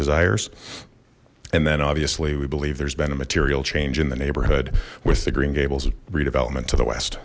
desires and then obviously we believe there's been a material change in the neighborhood with the green gables redevelopment to the west